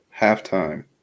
halftime